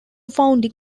founding